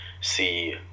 see